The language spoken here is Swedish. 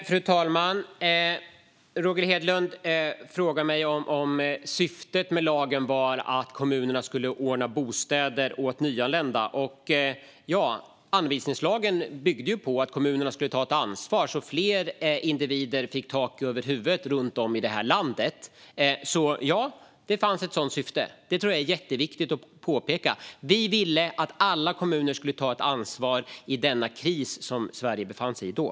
Fru talman! Roger Hedlund frågar mig om syftet med lagen var att kommunerna skulle ordna bostäder åt nyanlända. Ja, anvisningslagen byggde ju på att kommunerna skulle ta ansvar så att fler individer runt om i det här landet fick tak över huvudet. Det fanns alltså ett sådant syfte. Det tror jag är jätteviktigt att påpeka. Vi ville att alla kommuner skulle ta ansvar i den kris som Sverige befann sig i då.